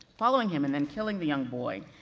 following him, and then killing the young boy,